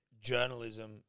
journalism